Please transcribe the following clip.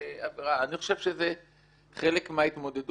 אגב, מי שגורם לכם להרבה עבודה